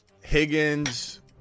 Higgins